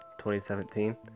2017